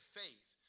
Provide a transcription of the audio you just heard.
faith